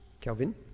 Kelvin